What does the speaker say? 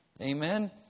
Amen